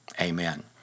amen